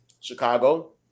Chicago